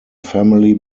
family